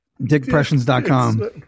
Dickpressions.com